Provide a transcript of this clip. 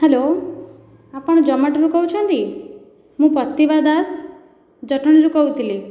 hello ଆପଣ ଜୋମାଟୋରୁ କହୁଛନ୍ତି ମୁଁ ପ୍ରତିଭା ଦାସ ଜଟଣୀରୁ କହୁଥିଲି